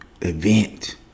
event